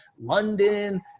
London